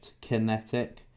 Kinetic